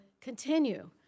continue